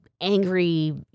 angry